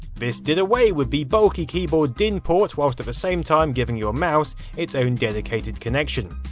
this did away with the bulky keyboard din port whilst at the same time, giving your mouse, it's own dedicated connection.